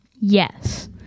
Yes